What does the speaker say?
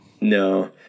No